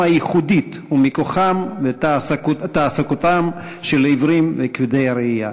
הייחודית ומכוחם ותעסוקתם של עיוורים וכבדי ראייה.